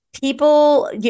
people